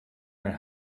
mijn